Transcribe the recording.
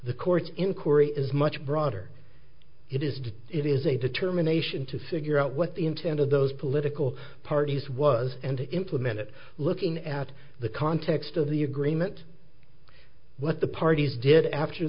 the court's inquiry is much broader it is just it is a determination to figure out what the intent of those political parties was and implemented looking at the context of the agreement what the parties did after